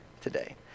today